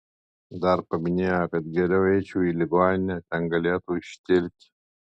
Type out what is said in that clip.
dar paminėjo kad geriau eičiau į ligoninę ten galėtų ištirti